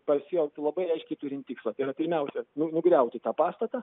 pas jį labai aiškiai turint tikslą tai yra pirmiausia nugriauti tą pastatą